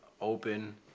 open